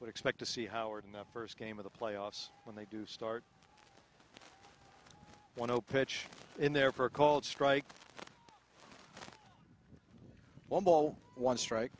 would expect to see howard in the first game of the playoffs when they do start one zero pitch in there for a called strike one ball one strike